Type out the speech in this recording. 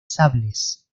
sables